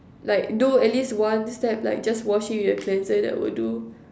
like do at least one step like just washing with the cleanser that will do